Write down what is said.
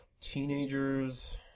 teenagers